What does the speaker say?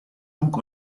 bug